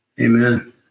Amen